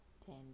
ten